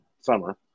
summer